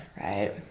right